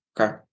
Okay